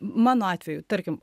mano atveju tarkim